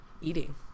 eating